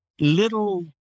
little